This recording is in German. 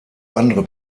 andere